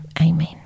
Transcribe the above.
amen